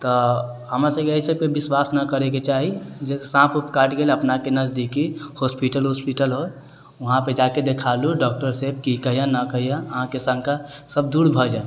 तऽ हमरा सभके एहि सभके विश्वास करैके न चाही जैसे साँप ऊप काटि गेल अपनाके नजदीकी हॉस्पिटल वोस्पिटल होइ वहाँ पर जाकर देखा लू डाक्टर सँ कि कहैया न कहैया अहाँके शङ्का सभ दूर भऽ जाइत